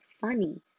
funny